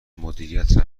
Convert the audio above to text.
مدیریت